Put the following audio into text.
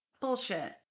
bullshit